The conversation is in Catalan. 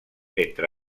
entre